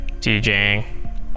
DJing